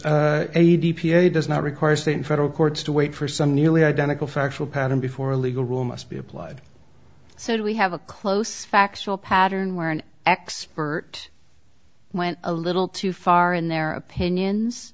he does not require state and federal courts to wait for some nearly identical factual pattern before a legal rule must be applied so we have a close factual pattern where an expert went a little too far in their opinions